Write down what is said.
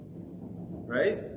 Right